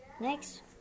next